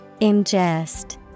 ingest